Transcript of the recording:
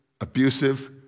abusive